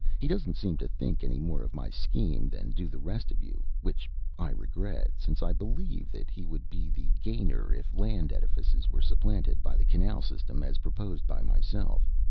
he doesn't seem to think any more of my scheme than do the rest of you which i regret, since i believe that he would be the gainer if land edifices were supplanted by the canal system as proposed by myself.